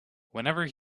whenever